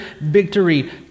victory